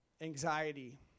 anxiety